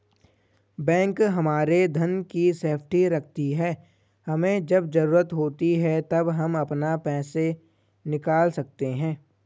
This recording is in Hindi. बैंक हमारे धन की सेफ्टी रखती है हमे जब जरूरत होती है तब हम अपना पैसे निकल सकते है